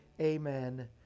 amen